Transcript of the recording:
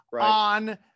on